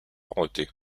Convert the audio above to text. quality